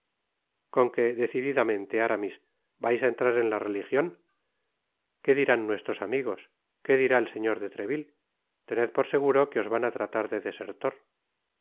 con que decididamente aramis vais á entrar en la religion qué dirán nuestros amigos que dirá el señor de treville tened por seguro que os van á tratar de desertor